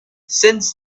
since